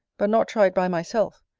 but not tried by myself,